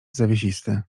zawiesisty